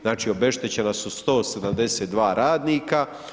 Znači obeštećena su 172 radnika.